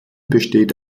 besteht